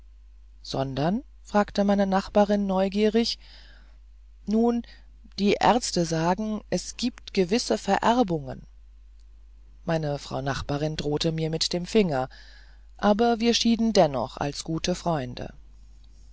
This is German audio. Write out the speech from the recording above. sondern fragte meine nachbarin neugierig nun die ärzte sagen es giebt gewisse vererbungen meine frau nachbarin drohte mir mit dem finger aber wir schieden dennoch als gute freunde